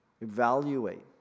evaluate